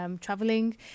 traveling